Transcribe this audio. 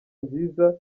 nziza